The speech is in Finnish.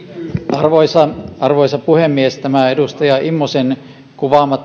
arvoisa arvoisa puhemies edustaja immosen kuvaama